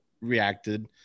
reacted